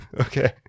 Okay